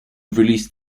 release